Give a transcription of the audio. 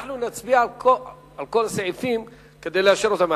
אנחנו נצביע על כל הסעיפים כדי לאשר אותם,